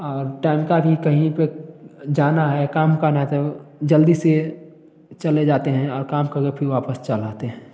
और टाइम का भी कहीं पर जाना है काम करना है जल्दी से चले जाते हैं और काम करके फिर वापस चले आते हैं